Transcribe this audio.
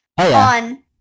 on